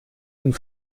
hun